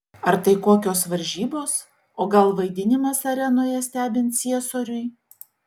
ar tai kokios varžybos o gal vaidinimas arenoje stebint ciesoriui